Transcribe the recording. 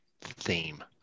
theme